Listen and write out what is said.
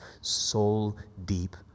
soul-deep